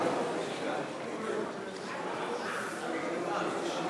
סמכות בית-המשפט לאסור שימוש